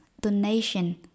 donation